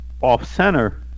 off-center